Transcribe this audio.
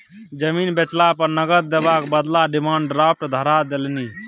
जमीन बेचला पर नगद देबाक बदला डिमांड ड्राफ्ट धरा देलनि